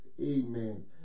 Amen